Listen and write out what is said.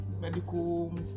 medical